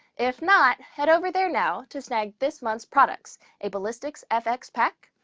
if not head over there now to snag this month's products a ballistics fx pack,